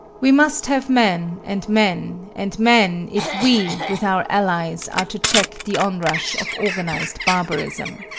we must have men and men and men, if we, with our allies, are to check the onrush of organized barbarism.